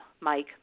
Mike